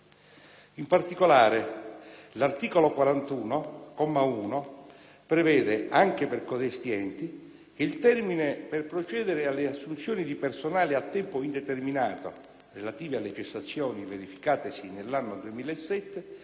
In particolare, l'articolo 41, comma 1, prevede, anche per codesti enti, che il termine per procedere alle assunzioni di personale a tempo indeterminato, relative alle cessazioni verificatesi nell'anno 2007,